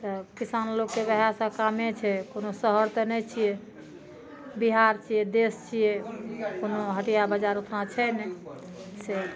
तऽ किसान लोकके उहए सब कामे छै कोनो शहर तऽ नै छियै बिहार छियै देश छियै कोनो हटिया बजार ओइठाँ छै नै फेर